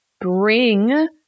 bring